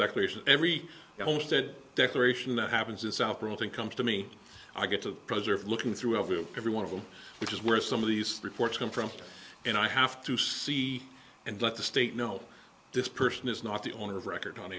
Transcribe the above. declarations every homestead declaration that happens is operating comes to me i get to preserve looking through every of every one of them which is where some of these reports come from and i have to see and let the state know this person is not the owner of record on